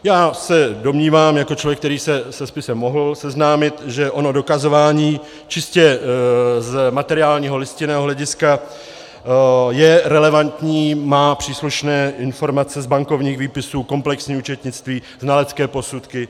Já se domnívám jako člověk, který se se spisem mohl seznámit, že ono dokazování čistě z materiálního listinného hlediska je relevantní, má příslušné informace z bankovních výpisů, komplexní účetnictví, znalecké posudky atd.